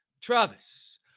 Travis